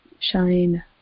shine